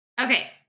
Okay